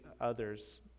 others